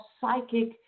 psychic